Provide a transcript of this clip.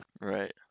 right